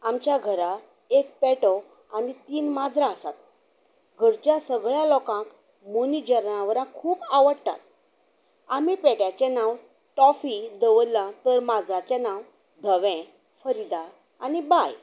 आमच्या घरा एक पेटो आनी तीन माजरां आसात घरच्या सगळ्या लोकांक मोनी जेनावरां खूप आवडटात आमी पेट्याचें नांव टोफी दवल्लां तर माजराचें नांव धवें फरिदा आनी बाय